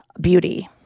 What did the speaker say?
beauty